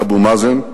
אבו מאזן,